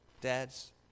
Dad's